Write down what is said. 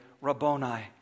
Rabboni